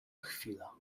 chwila